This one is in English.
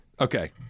okay